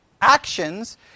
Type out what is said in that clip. actions